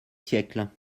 siècle